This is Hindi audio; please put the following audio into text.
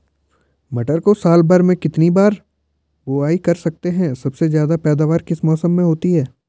मटर को साल भर में कितनी बार बुआई कर सकते हैं सबसे ज़्यादा पैदावार किस मौसम में होती है?